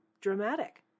dramatic